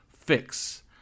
fix